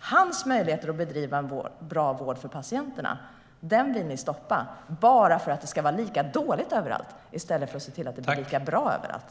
Hans möjligheter att bedriva en bra vård för patienterna vill ni stoppa bara för att det ska vara lika dåligt överallt i stället för att se till att det blir lika bra överallt.